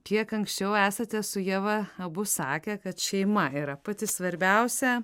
kiek anksčiau esate su ieva abu sakę kad šeima yra pati svarbiausia